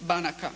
banaka.